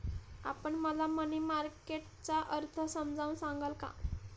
आपण मला money market चा अर्थ समजावून सांगाल का?